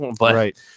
Right